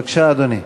בבקשה, אדוני.